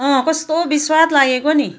अँ कस्तो बिस्वाद लागेको नि